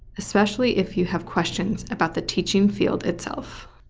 especially if you have questions about the teaching field itself.